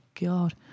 God